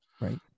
Right